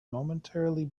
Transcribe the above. momentarily